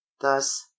thus